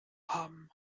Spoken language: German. haben